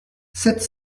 sept